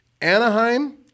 Anaheim